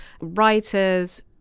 writers